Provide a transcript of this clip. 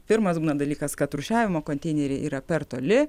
pirmas dalykas kad rūšiavimo konteineriai yra per toli